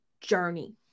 journey